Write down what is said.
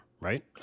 right